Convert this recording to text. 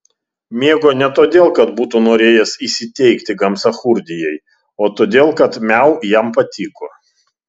mėgo ne todėl kad būtų norėjęs įsiteikti gamsachurdijai o todėl kad miau jam patiko